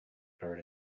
buried